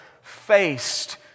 faced